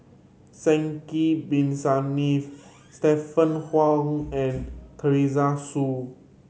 Sidek Bin Saniff Stephanie Wong and Teresa Hsu